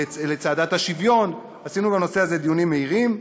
לצעדת השוויון; עשינו בנושא הזה דיונים מהירים.